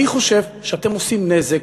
אני חושב שאתם עושים נזק,